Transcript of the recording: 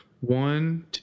One